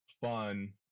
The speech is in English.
fun